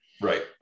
right